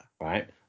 Right